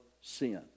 sin